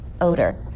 odor